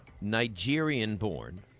Nigerian-born